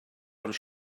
ond